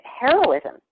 heroism